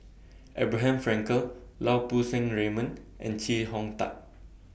Abraham Frankel Lau Poo Seng Raymond and Chee Hong Tat